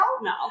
No